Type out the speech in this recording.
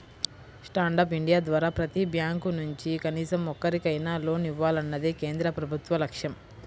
stand up India ద్వారా ప్రతి bank నుంచి కనీసం ఒక్కరికైనా లోన్ ఇవ్వాలన్నదే కేంద్ర ప్రభుత్వ లక్ష్యం